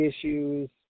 issues